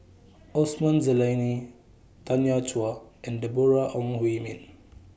Osman Zailani Tanya Chua and Deborah Ong Hui Min